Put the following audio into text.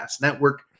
Network